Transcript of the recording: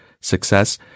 success